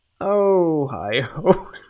Ohio